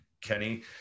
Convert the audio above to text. kenny